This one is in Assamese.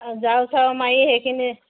ঝাৰু চাৰু মাৰি সেইখিনি